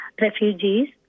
refugees